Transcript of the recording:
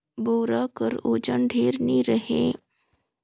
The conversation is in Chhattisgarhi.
बोरा कर ओजन ढेर नी रहें